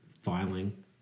filing